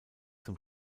zum